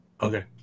Okay